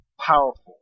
powerful